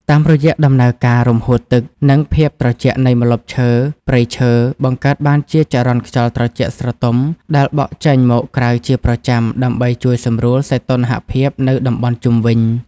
តាមរយៈដំណើរការរំហួតទឹក និងភាពត្រជាក់នៃម្លប់ឈើព្រៃឈើ បង្កើតបានជាចរន្តខ្យល់ត្រជាក់ស្រទុំដែលបក់ចេញមកក្រៅជាប្រចាំ ដើម្បីជួយសម្រួលសីតុណ្ហភាពនៅតំបន់ជុំវិញ។